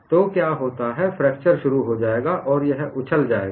तो क्या होता है फ्रैक्चर शुरू हो जाएगा और यह उछल जाएगा